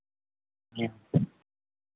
हँ